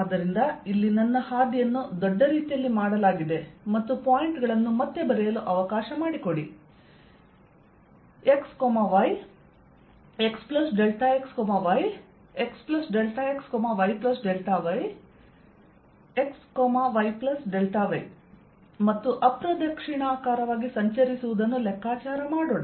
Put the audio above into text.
ಆದ್ದರಿಂದ ಇಲ್ಲಿ ನನ್ನ ಹಾದಿಯನ್ನು ದೊಡ್ಡ ರೀತಿಯಲ್ಲಿ ಮಾಡಲಾಗಿದೆ ಮತ್ತು ಪಾಯಿಂಟ್ ಗಳನ್ನು ಮತ್ತೆ ಬರೆಯಲು ಅವಕಾಶ ಮಾಡಿಕೊಡಿ x y x ∆x y x ∆x y ∆y x y ∆y ಮತ್ತು ಅಪ್ರದಕ್ಷಿಣಾಕಾರವಾಗಿ ಸಂಚರಿಸುವುದನ್ನು ಲೆಕ್ಕಾಚಾರ ಮಾಡೋಣ